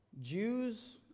Jews